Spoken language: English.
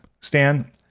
Stan